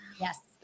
Yes